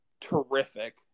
Terrific